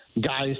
guys